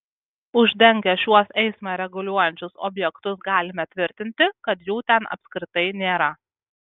uždengę šiuos eismą reguliuojančius objektus galime tvirtinti kad jų ten apskritai nėra